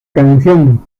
canción